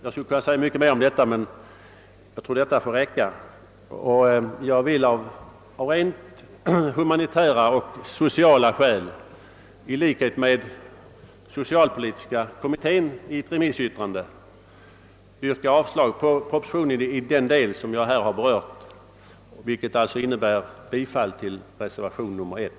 Jag skulle kunna säga mycket mera mot Propositionen, men det anförda får räcka. Jag vill av rent humanitära och sociala skäl, i likhet med vad socialpolitiska kommittén i ett remissyttrande gjort, yrka avslag på propositionen i den del som jag här berört, vilket innebär bifall till reservationen 1.